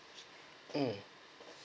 um